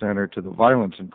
center to the violence and